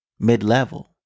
mid-level